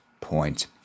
point